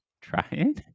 Trying